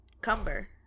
cumber